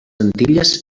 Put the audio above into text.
antilles